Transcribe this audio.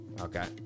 Okay